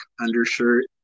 undershirt